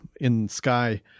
in-sky